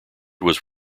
was